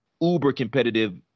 uber-competitive